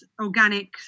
organic